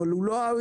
אבל הוא לא האויב.